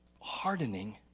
hardening